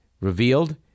revealed